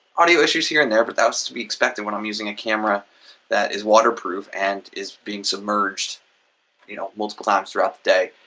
audio issues here and there, but that's to be expected when i'm using a camera that is waterproof and is being submerged you know multiple times throughout the day.